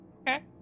Okay